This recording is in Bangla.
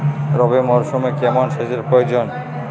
রবি মরশুমে কেমন সেচের প্রয়োজন?